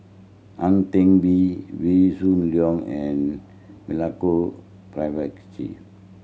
Ang Teck Bee Wee Shoo Leong and Milenko Prvacki